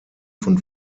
von